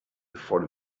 before